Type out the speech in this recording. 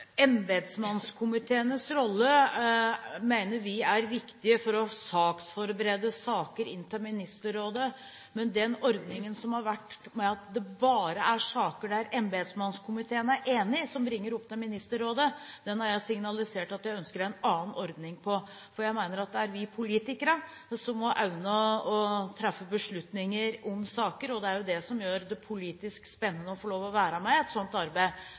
Embetsmannskomiteenes rolle mener vi er viktig for å saksforberede saker inn til Ministerrådet. Men den ordningen som har vært, med at det bare er saker der embetsmannskomiteen er enige, som bringes opp til Ministerrådet, har jeg signalisert at jeg ønsker en annen ordning på, for jeg mener at det er vi politikere som må evne å treffe beslutninger om saker. Det er det som gjør det politisk spennende å få lov til å være med i et slikt arbeid,